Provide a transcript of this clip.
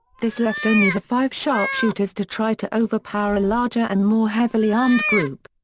this left only the five sharpshooters to try to overpower a larger and more heavily armed group.